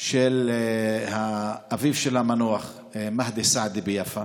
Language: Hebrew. של אביו של המנוח מהדי אלסעדי ביפא,